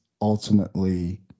ultimately